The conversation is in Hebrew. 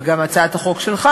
וגם הצעת החוק שלך,